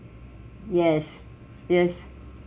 yes yes